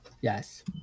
Yes